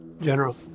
General